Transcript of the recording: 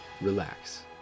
relax